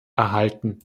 erhalten